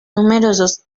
numerosos